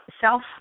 self